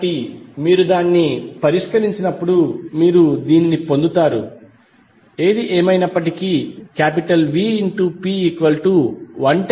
కాబట్టి మీరు దాన్ని పరిష్కరించినప్పుడు మీరు దీన్ని పొందుతారు ఏమైనప్పటికీ Vp110∠0°Ip6